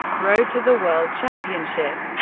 road to the world championship